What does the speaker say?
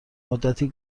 مدتی